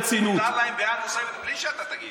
מותר להם דעה נוספת בלי שאתה תגיב.